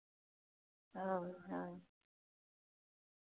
ᱦᱳᱭ ᱦᱳᱭ